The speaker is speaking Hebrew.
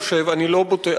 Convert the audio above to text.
אני חושב, אני לא בטוח.